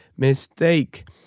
Mistake